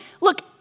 Look